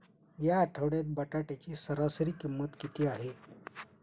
या आठवड्यात बटाट्याची सरासरी किंमत किती आहे?